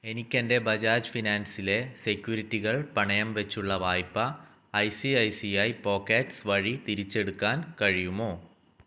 എനിക്ക് എൻ്റെ ബജാജ് ഫിനാൻസിലെ സെക്യൂരിറ്റികൾ പണയം വെച്ചുള്ള വായ്പ I C I C I pockets വഴി തിരിച്ചെടുക്കാൻ കഴിയുമോ